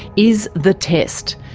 is the test.